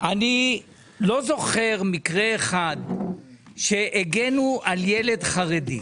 אני לא זוכר מקרה אחד שהגנו על ילד חרדי.